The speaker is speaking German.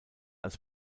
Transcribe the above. als